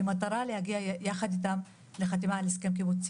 במטרה להגיע ביחד איתם לחתימה על הסכם קיבוצי.